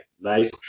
Nice